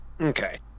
Okay